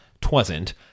Twasn't